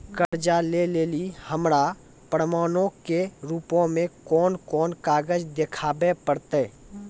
कर्जा लै लेली हमरा प्रमाणो के रूपो मे कोन कोन कागज देखाबै पड़तै?